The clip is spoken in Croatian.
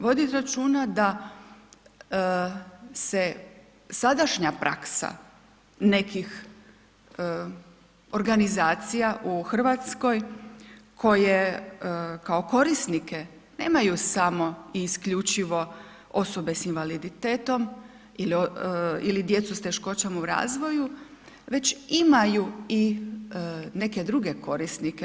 Voditi računa da se sadašnja praksa nekih organizacija u Hrvatskoj koje kao korisnike nemaju samo i isključivo osobe s invaliditetom ili djecu s teškoćama u razvoju, već imaju i neke druge korisnike.